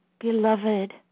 Beloved